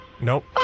Nope